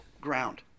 ground